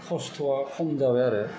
खस्थ'आ खम जाबाय आरो